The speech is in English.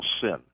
sin